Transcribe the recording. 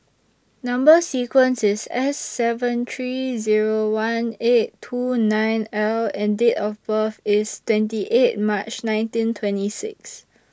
Number sequence IS S seven three Zero one eight two nine L and Date of birth IS twenty eight March nineteen twenty six